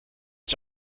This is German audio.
ich